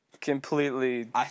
completely